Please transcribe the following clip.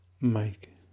Mike